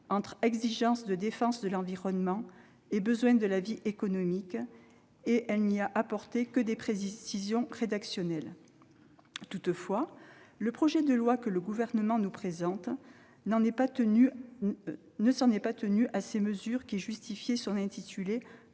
entre exigence de défense de l'environnement et besoins de la vie économique. Elle n'y a apporté que des précisions rédactionnelles. Toutefois, le Gouvernement ne s'en est pas tenu à ces mesures qui justifiaient l'intitulé